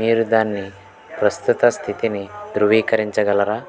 మీరు దాన్ని ప్రస్తుత స్థితిని ధృవీకరించగలరా